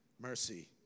Mercy